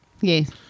Yes